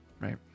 right